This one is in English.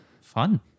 Fun